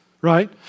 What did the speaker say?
right